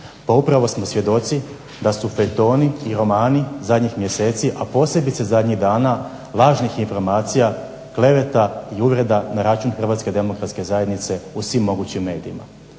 Pa upravo smo svjedoci da su feljtoni i romani zadnjih mjeseci, a posebice zadnjih dana lažnih informacija, kleveta i uvreda na račun Hrvatske demokratske zajednice u svim mogućim medijima.